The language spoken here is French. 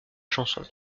chanson